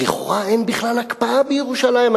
אז לכאורה אין בכלל הקפאה בירושלים,